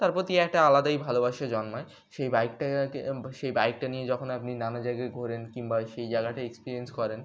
তার প্রতি একটা আলাদাই ভালোবাসা জন্মায় সেই বাইকটাকে সেই বাইকটা নিয়ে যখন আপনি নানা জায়গায় ঘোরেন কিংবা সেই জায়গাটা এক্সপিরিয়েন্স করেন